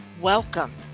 Welcome